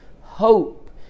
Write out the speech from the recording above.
Hope